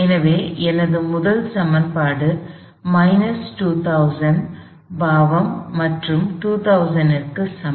எனவே எனது முதல் சமன்பாடு 2000 பாவம் மற்றும் 2000க்கு சமம்